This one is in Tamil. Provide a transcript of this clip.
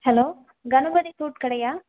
ஹலோ கணபதி ஃபுரூட் கடையா